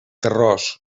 terròs